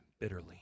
bitterly